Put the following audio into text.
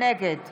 נגד